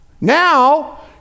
Now